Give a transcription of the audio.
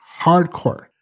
hardcore